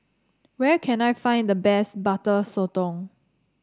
where can I find the best Butter Sotong